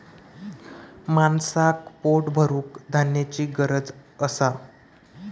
माणसाक पोट भरूक धान्याची गरज असा